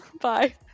Bye